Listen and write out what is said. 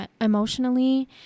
emotionally